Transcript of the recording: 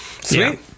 Sweet